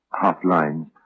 half-lines